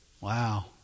Wow